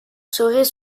serait